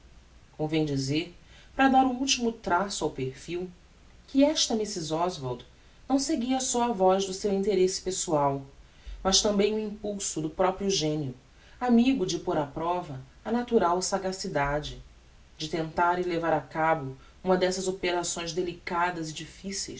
secretas convém dizer para dar o ultimo traço ao perfil que esta mrs oswald não seguia só a voz do seu interesse pessoal mas também o impulso do proprio genio amigo de pôr á prova a natural sagacidade de tentar e levar a cabo uma destas operações delicadas